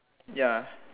ya